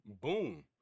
boom